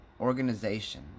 Organization